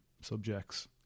subjects